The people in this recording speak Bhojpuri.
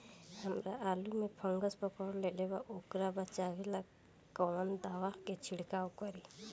हमरा आलू में फंगस पकड़ लेले बा वोकरा बचाव ला कवन दावा के छिरकाव करी?